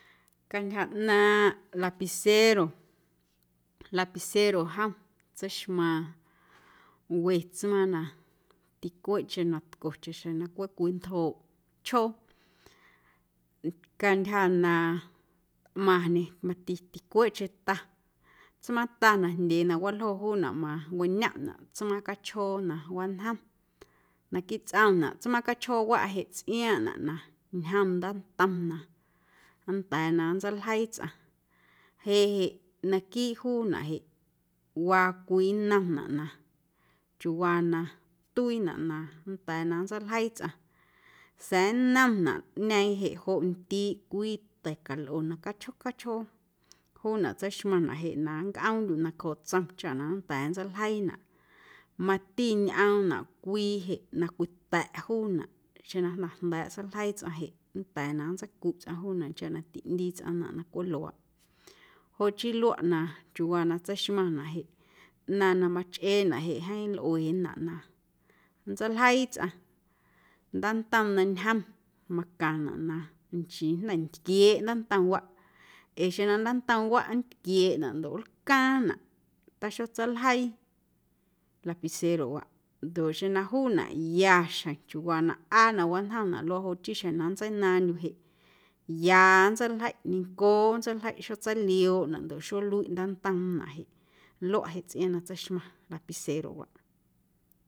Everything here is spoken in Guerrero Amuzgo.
Cantyja ꞌnaaⁿꞌ lapicero, lapicero jom tseixmaaⁿ we tsmaaⁿ na ticweeꞌcheⁿ na tco chaꞌxjeⁿ na cweꞌ cwii tjooꞌ chjoo cantyja na tꞌmaⁿñe mati ticueeꞌcheⁿ ta tsmaaⁿta najndyee na waljo juunaꞌ mawiñomꞌnaꞌ tsmaaⁿ cachjoo na wañjom naquiiꞌ tsꞌomnaꞌ tsmaaⁿ cachjoowaꞌ jeꞌ tsꞌiaaⁿꞌnaꞌ na ñjom ndaantom na nnda̱a̱ na nntseiljeii tsꞌaⁿ jeꞌ jeꞌ naquiiꞌ juunaꞌ jeꞌ waa cwii nnomnaꞌ na chiuwaa na tuiinaꞌ na nnda̱a̱ na nntseiljeii tsꞌaⁿ sa̱a̱ nnomnaꞌñeeⁿ jeꞌ joꞌ ndiiꞌ cwii ta̱ calꞌo na cachjoo cachjoo juunaꞌ tseixmaⁿnaꞌ jeꞌ na nncꞌoomndyuꞌ nacjooꞌ tsom chaꞌ na nnda̱a̱ nntseiljeiinaꞌ mati ñꞌoomnaꞌ cwii jeꞌ na cwita̱ꞌ juunaꞌ xeⁿ na jnda̱ jnda̱a̱ꞌ seiljeii tsꞌaⁿ jeꞌ nnda̱a̱ na nntseicuꞌ tsꞌaⁿ chaꞌ na tiꞌndii tsꞌaⁿnaꞌ na cweꞌ luaaꞌ joꞌ chii luaꞌ na chiuuwaa na tseixmaⁿnaꞌ jeꞌ ꞌnaⁿ na machꞌeenaꞌ jeꞌ jeeⁿ lꞌuenaꞌ na nntseiljeii tsꞌaⁿ ndaantom na ñjom macaⁿnaꞌ na nchii jnda̱ ntquieeꞌ ndaantomwaꞌ ee xeⁿ na ndaantomwaꞌ nntquieeꞌnaꞌ ndoꞌ nlcaaⁿnaꞌ taxotseiljeii lapicerowaꞌ ndoꞌ xeⁿ na juunaꞌ ya xjeⁿ chiuuwaa na ꞌaa na wañjomnaꞌ luaꞌ joꞌ chii xjeⁿ na nntseinaaⁿndyuꞌ jeꞌ ya nntseiljeiꞌ ñencooꞌ nntseiljeiꞌ xotseiliooꞌnaꞌ ndoꞌ xoluiꞌ ndaantomnaꞌ jeꞌ luaꞌ tsꞌiaaⁿ na tseixmaⁿ lapicerowaꞌ.